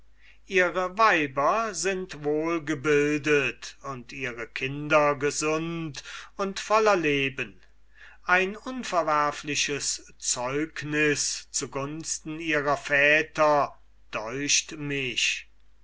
ihre weiber sind wohlgebildet und ihre kinder gesund und voller leben ein unverwerfliches zeugnis zu gunsten ihrer väter deucht mich